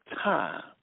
time